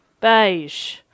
Beige